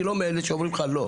אני לא מאלה שאומרים לך לא.